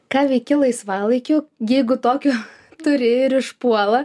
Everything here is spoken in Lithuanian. ką veiki laisvalaikiu jeigu tokio turi ir išpuola